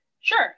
Sure